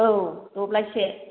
औ दब्लायसे